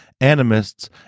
animists